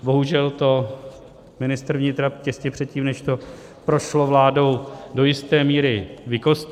Bohužel to ministr vnitra těsně předtím, než to prošlo vládou, do jisté míry vykostil.